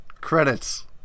Credits